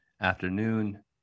afternoon